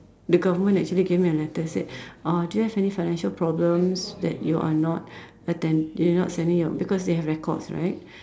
the government actually gave me a letter said uh do you have any financial problems that you are not attend you not sending your because they have records right